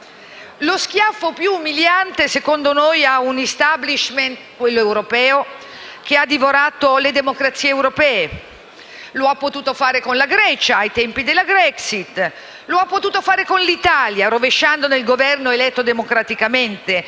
Lo schiaffo più umiliante, secondo noi, a un *establishment*, quello europeo, che ha divorato le democrazie europee. Lo ha potuto fare con la Grecia, ai tempi della Grexit; lo ha potuto fare con l'Italia, rovesciando un Governo eletto democraticamente